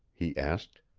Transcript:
he asked.